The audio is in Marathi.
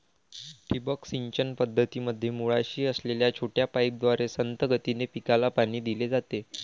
ठिबक सिंचन पद्धतीमध्ये मुळाशी असलेल्या छोट्या पाईपद्वारे संथ गतीने पिकाला पाणी दिले जाते